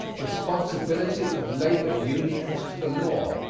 responsibility of labor unions to the law.